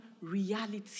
reality